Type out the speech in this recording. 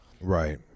Right